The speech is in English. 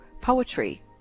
poetry